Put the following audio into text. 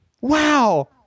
wow